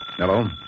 Hello